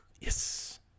Yes